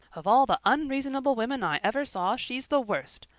of all the unreasonable women i ever saw she's the worst.